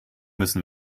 müssen